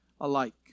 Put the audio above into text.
alike